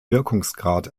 wirkungsgrad